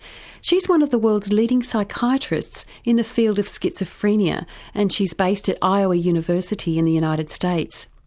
she's one of the world's leading psychiatrists in the field of schizophrenia and she's based at iowa university in the united states.